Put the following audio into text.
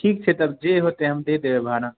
ठीक छै तब जे होतै हम दे देबै भाड़ा